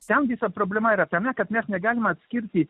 ten visa problema yra tame kad mes negalime atskirti